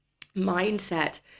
Mindset